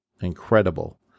incredible